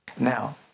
Now